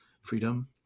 freedom